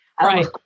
right